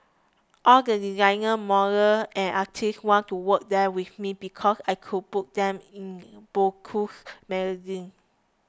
all the designers models and artists wanted to work there with me because I could put them in bowl coos magazine